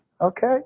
Okay